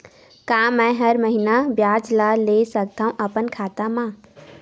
का मैं हर महीना ब्याज ला ले सकथव अपन खाता मा?